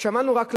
שמענו רק לעם.